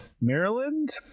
maryland